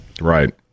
Right